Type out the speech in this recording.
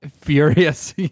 Furious